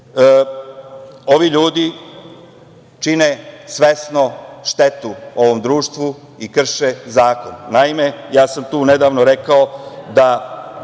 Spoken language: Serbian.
ovi ljudi čine svesno štetu ovom društvu i krše zakon. Naime, ja sam nedavno rekao da